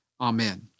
Amen